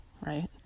right